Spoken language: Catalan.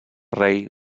rei